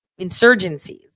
insurgencies